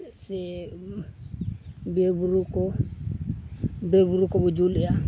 ᱥᱮ ᱵᱤᱨ ᱵᱩᱨᱩ ᱠᱚ ᱵᱤᱨ ᱵᱩᱨᱩ ᱠᱚᱵᱚ ᱡᱩᱞᱮᱜᱼᱟ